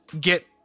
get